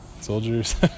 soldiers